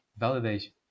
Validation